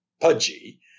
pudgy